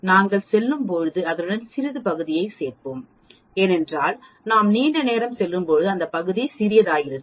நாங்கள் செல்லும்போது அதனுடன் சிறிது பகுதியைச் சேர்ப்போம் ஏனென்றால் நாம் நீண்ட நேரம் செல்லும்போது அந்த பகுதி சிறியதாகிறது